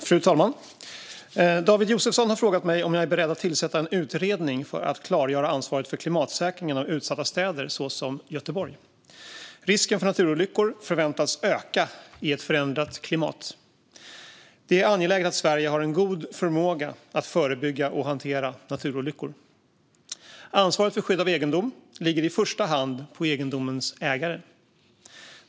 Fru talman! David Josefsson har frågat mig om jag är beredd att tillsätta en utredning för att klargöra ansvaret för klimatsäkringen av utsatta städer såsom Göteborg. Risken för naturolyckor förväntas öka i ett förändrat klimat. Det är angeläget att Sverige har en god förmåga att förebygga och hantera naturolyckor. Ansvaret för skydd av egendom ligger i första hand på egendomens ägare.